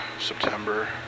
September